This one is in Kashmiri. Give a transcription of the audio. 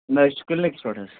نہ أسۍ چھِ کٕلنِکَس پیٹھ حظ